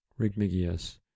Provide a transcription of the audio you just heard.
Rigmigius